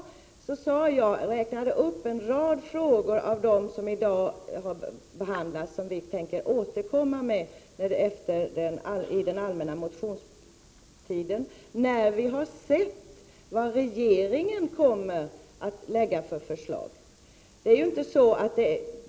Jag räknade nämligen upp en rad frågor av dem som behandlas i dag som vi tänker återkomma till under den allmänna motionstiden när vi har sett vad regeringen kommer att lägga fram för förslag.